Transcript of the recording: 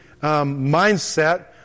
mindset